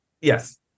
Yes